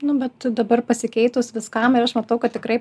nu bet dabar pasikeitus viskam ir aš matau kad tikrai